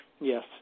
Yes